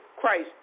Christ